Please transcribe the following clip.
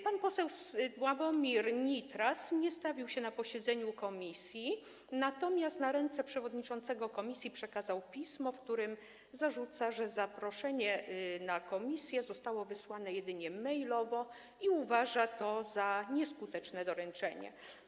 Pan poseł Sławomir Nitras nie stawił się na posiedzeniu komisji, natomiast na ręce przewodniczącego komisji przekazał pismo, w którym zarzuca, że zaproszenie na posiedzenie komisji zostało wysłane jedynie mailowo i uważa to za nieskutecznie doręczenie.